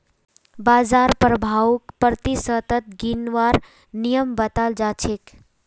बाजार प्रभाउक प्रतिशतत गिनवार नियम बताल जा छेक